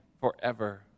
forever